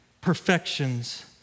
perfections